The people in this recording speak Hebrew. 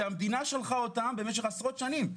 שהמדינה שלחה אותם במשך עשרות שנים.